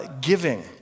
giving